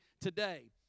today